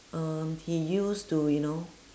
um he used to you know